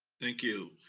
thank you.